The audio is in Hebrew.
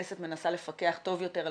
אם להפנות את